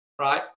right